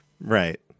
Right